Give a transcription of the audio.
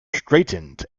straightened